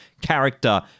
character